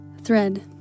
Thread